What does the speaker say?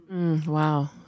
Wow